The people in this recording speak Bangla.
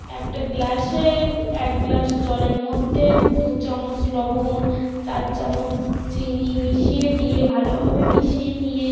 একটা গ্লাসে এক গ্লাস জলের মধ্যে দু চামচ লবণ চার চামচ চিনি মিশিয়ে দিয়ে ভালোভাবে মিশিয়ে নিয়ে